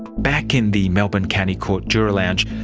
back in the melbourne county court juror lounge,